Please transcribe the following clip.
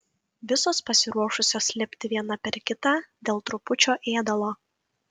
visos pasiruošusios lipti viena per kitą dėl trupučio ėdalo